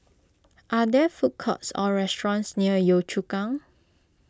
are there food courts or restaurants near Yio Chu Kang